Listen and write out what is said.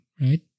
right